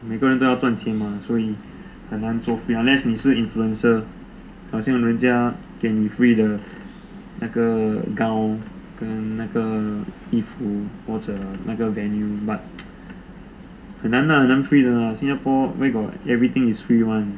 每个人都要赚钱嘛所以很难做 free unless 你是 influencer 好像人给你 free 的那个 gown 跟那个衣服或者那个 venue but 很难啦很难 free 的啦新加坡 where got everything is free one